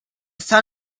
son